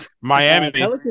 Miami